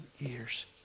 years